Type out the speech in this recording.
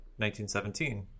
1917